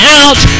out